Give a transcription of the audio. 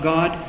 God